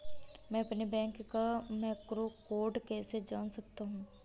मैं अपने बैंक का मैक्रो कोड कैसे जान सकता हूँ?